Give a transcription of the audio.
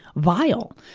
vile!